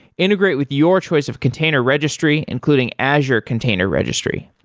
integrate with your choice of container registry, including azure container registry.